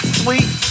sweet